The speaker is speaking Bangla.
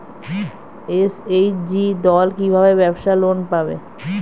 এস.এইচ.জি দল কী ভাবে ব্যাবসা লোন পাবে?